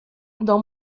dans